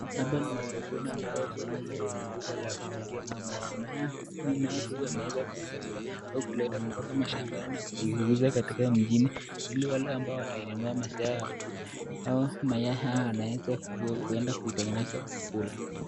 Hapa ni masokoni. Duka hili ni duka la kuuzia mayai .Naye huyu ameweza kutoa mashambani na kuuza katika mjini ili wao ambao watainunua mayai haya wataweza kuitengeneza na kula.